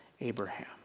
Abraham